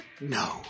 No